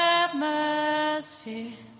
atmosphere